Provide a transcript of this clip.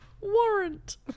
Warrant